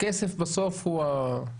כסף בסוף הוא...